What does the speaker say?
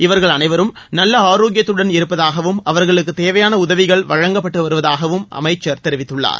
இவர்கள் அனைவரும் நல்ல ஆரோக்கியத்தடன் இருப்பதாகவும் அவர்களுக்குத் தேவையான உதவிகள் வழங்கப்பட்டு வருவதாகவும் அமைச்சர் தெரிவித்துள்ளார்